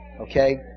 Okay